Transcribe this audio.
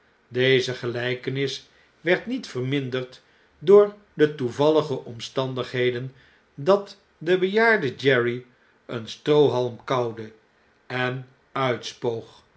deze gelpenis werd niet verminderd door de toevallige omstandigheden dat de bejaarde jerry een stroohalm kauwde en uitspoog